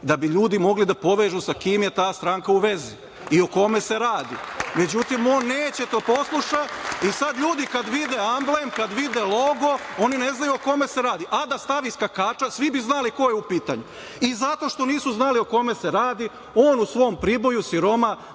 da bi ljudi mogli da povežu sa kim je ta stranka u vezi i o kome se radi. Međutim, on neće da posluša i sada ljudi kada vide amblem, kada vide logo oni ne znaju o kome se radi, a da stavi skakača svi bi znali ko je u pitanju i zato što nisu znali o kome se radi on u svom Priboju siroma